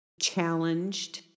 challenged